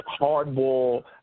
hardball